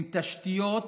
עם תשתיות